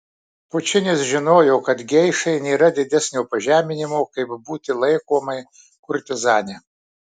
pučinis žinojo kad geišai nėra didesnio pažeminimo kaip būti laikomai kurtizane